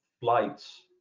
flights